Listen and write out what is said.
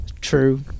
True